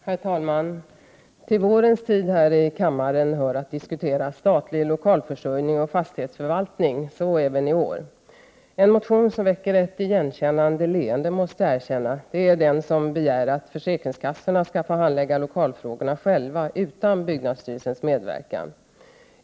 Herr talman! Till vårens tid hör att här i kammaren diskutera statlig lokalförsörjning och fastighetsförvaltning. Så även i år. En motion som väcker ett igenkännande leende är den där det begärs att försäkringskassorna skall få handlägga lokalfrågorna själva utan byggnadsstyrelsens medverkan.